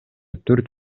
төрт